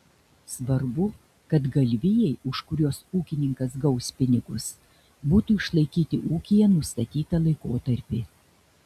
svarbu kad galvijai už kuriuos ūkininkas gaus pinigus būtų išlaikyti ūkyje nustatytą laikotarpį